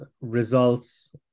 results